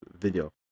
video